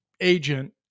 agent